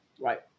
Right